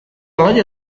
alaia